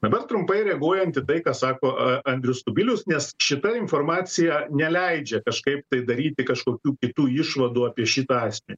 dabar trumpai reaguojant į tai ką sako a andrius kubilius nes šita informacija neleidžia kažkaip tai daryti kažkokių kitų išvadų apie šitą asmenį